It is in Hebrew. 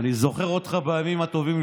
אני זוכר אותך בימים הטובים,